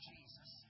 Jesus